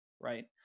right